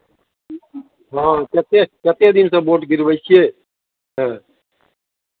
हँ कतेक कतेक दिनसँ भोट गिरबै छियै हँ